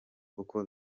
kuko